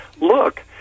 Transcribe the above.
look